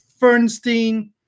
Fernstein